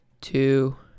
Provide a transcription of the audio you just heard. two